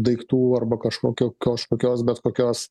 daiktų arba kažkokio kažkokios bet kokios